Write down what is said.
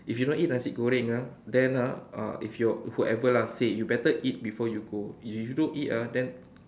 if you not eat nasi goreng ah then ah if you whoever lah say you better eat before you go if you don't eat ah then